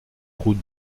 route